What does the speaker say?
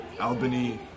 Albany